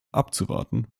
abzuwarten